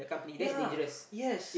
ya yes